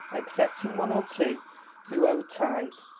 excepting one or two who owed tithe,